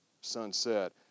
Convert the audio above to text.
sunset